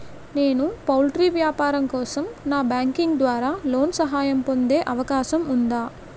నేను పౌల్ట్రీ వ్యాపారం కోసం నాన్ బ్యాంకింగ్ ద్వారా లోన్ సహాయం పొందే అవకాశం ఉందా?